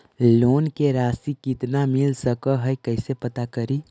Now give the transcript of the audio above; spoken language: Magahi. लोन के रासि कितना मिल सक है कैसे पता करी?